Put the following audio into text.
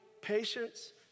patience